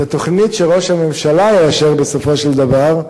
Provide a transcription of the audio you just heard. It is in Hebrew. את התוכנית שראש הממשלה יאשר בסופו של דבר,